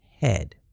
head